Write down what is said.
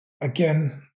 again